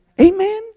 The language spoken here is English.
amen